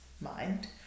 mind